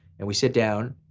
and we sit down,